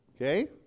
Okay